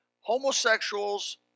Homosexuals